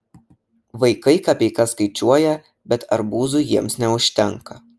vaikai kapeikas skaičiuoja bet arbūzui jiems neužtenka